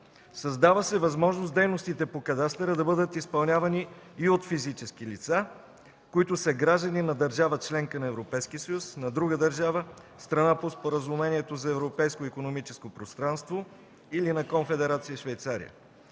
Създава се възможност дейностите по кадастъра да бъдат изпълнявани и от физически лица, които са граждани на държава – членка на Европейския съюз, на друга държава – страна по споразумението за Европейско икономическо пространство, или на Конфедерация Швейцария.